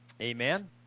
Amen